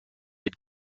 had